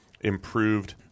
improved